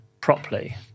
properly